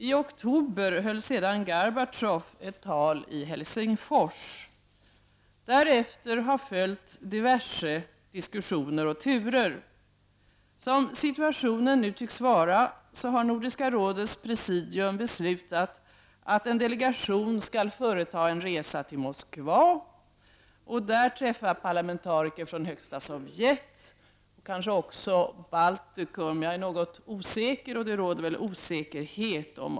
I oktober höll sedan Gorbatjov ett tal i Helsingfors. Därefter har följt diverse diskussioner och turer. Som situationen nu tycks vara, har Nordiska rådets presidium beslutat att en delegation skall företa en resa till Moskva och där träffa parlamentariker från Högsta Sovjet och kanske också Baltikum. Om det senare råder osäkerhet.